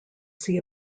see